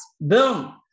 Boom